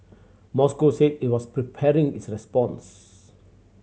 Moscow said it was preparing its response